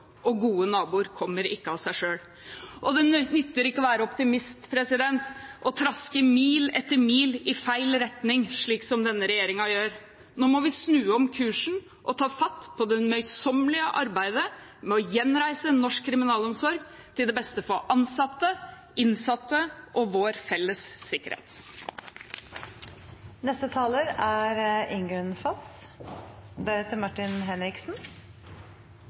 og gode naboer kommer ikke av seg selv. Det nytter ikke å være «optimist» og traske «mil etter mil» i feil retning, slik denne regjeringen gjør. Nå må vi snu om kursen og ta fatt på det møysommelige arbeidet med å gjenreise norsk kriminalomsorg til det beste for ansatte, innsatte og vår felles sikkerhet. Det er